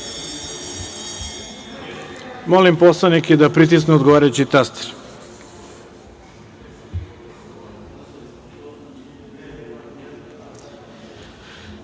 poslanike da pritisnu odgovarajući taster